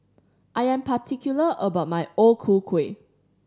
I am particular about my O Ku Kueh